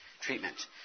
treatment